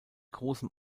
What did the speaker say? großem